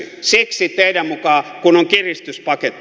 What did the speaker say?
siksi teidän mukaanne kun on kiristyspaketti